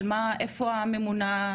איפה הממונה?